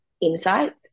insights